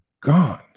gone